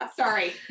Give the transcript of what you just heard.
Sorry